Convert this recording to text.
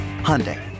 Hyundai